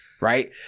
right